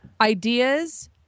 Ideas